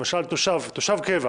למשל, תושב קבע